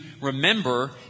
remember